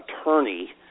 attorney